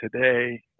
today